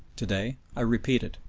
to-day i repeat it.